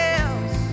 else